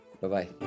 Bye-bye